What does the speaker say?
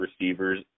receivers